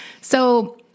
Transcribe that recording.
So-